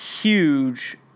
huge